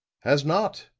has not?